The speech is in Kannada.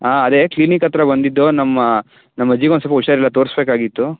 ಹಾಂ ಅದೇ ಕ್ಲಿನಿಕ್ ಹತ್ತಿರ ಬಂದಿದ್ದು ನಮ್ಮ ನಮ್ಮ ಅಜ್ಜಿಗೆ ಒಂದು ಸ್ವಲ್ಪ ಹುಷಾರಿಲ್ಲ ತೋರಿಸ್ಬೇಕಾಗಿತ್ತು